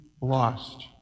lost